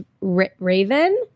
Raven